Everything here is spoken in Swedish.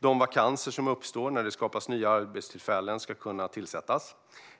de vakanser som uppstår när det skapas nya arbetstillfällen ska kunna tillsättas.